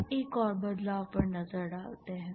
अब एक और बदलाव पर नजर डालते हैं